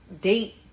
date